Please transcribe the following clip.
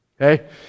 Okay